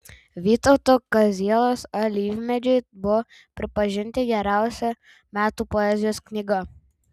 vytauto kazielos alyvmedžiai buvo pripažinti geriausia metų poezijos knyga